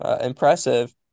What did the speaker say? impressive